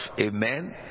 amen